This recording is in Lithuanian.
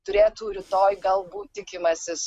turėtų rytoj galbūt tikimasis